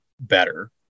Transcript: better